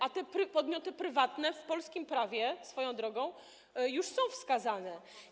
A te podmioty prywatne w polskim prawie swoją drogą już są wskazane.